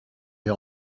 des